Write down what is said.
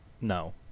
No